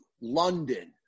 London